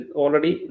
already